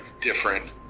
different